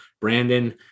Brandon